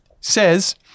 says-